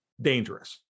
dangerous